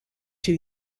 two